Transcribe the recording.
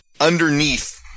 underneath